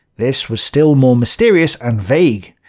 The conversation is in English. this was still more mysterious and vague.